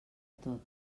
tot